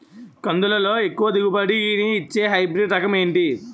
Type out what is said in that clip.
కందుల లో ఎక్కువ దిగుబడి ని ఇచ్చే హైబ్రిడ్ రకం ఏంటి?